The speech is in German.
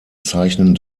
zeichnen